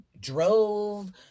drove